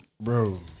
bro